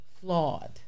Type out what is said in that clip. flawed